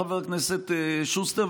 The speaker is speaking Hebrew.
חבר הכנסת שוסטר,